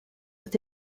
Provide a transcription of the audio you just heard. with